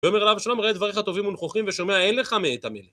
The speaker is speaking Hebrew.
ויאמר אליו אבשלום ראה דברך טובים ונכוחים ושמע אין לך מאת המלך